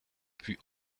plus